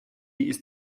ist